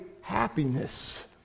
happiness